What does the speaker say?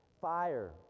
Fire